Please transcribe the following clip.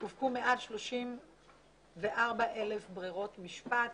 הופקו מעל 34,000 ברירות משפט,